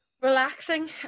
relaxing